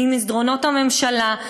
ממסדרונות הממשלה,